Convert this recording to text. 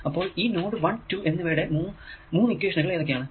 അപ്പോൾ ഈ നോഡ് 1 2 എന്നിവയുടെ 3 ഇക്വേഷനുകൾ ഏതൊക്കെയാണ്